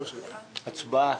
הצבעה.